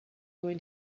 going